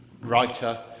writer